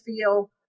feel